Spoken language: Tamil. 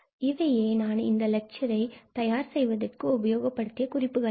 இவையே நான் இந்த லெட்சர் ஐ தயார் செய்வதற்கு உபயோகப்படுத்திய குறிப்புகள் ஆகும்